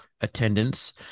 attendance